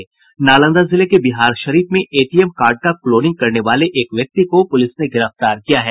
नालंदा जिले के बिहारशरीफ में एटीएम कार्ड का क्लोनिंग करने वाले एक व्यक्ति को पुलिस ने गिरफ्तार किया है